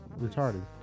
retarded